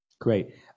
Great